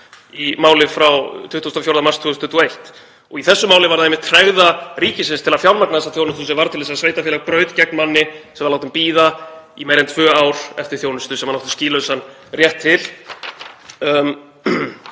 í máli frá 24. mars 2021. Í þessu máli var það einmitt tregða ríkisins til að fjármagna þessa þjónustu sem varð til þess að sveitarfélag braut gegn manni sem var látinn bíða í meira en tvö ár eftir þjónustu sem hann átti skýlausan rétt til.